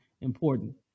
important